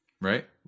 right